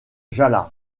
jalal